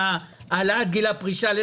וגם יוריד את המחירים.